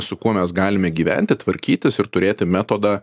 su kuo mes galime gyventi tvarkytis ir turėti metodą